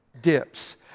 dips